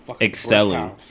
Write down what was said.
excelling